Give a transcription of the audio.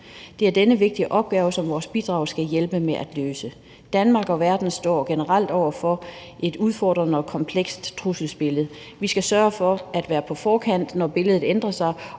Det er denne vigtige opgave, vores bidrag skal hjælpe med at løse. Danmark og verden står generelt over for et udfordrende og komplekst trusselsbillede. Vi skal sørge for at være på forkant, når billedet ændrer sig,